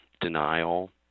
denial